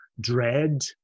dread